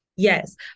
Yes